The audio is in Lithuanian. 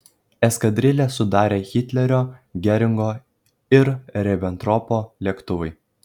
eskadrilę sudarė hitlerio geringo ir ribentropo lėktuvai